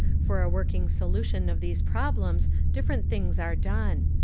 for a working solution of these problems different things are done.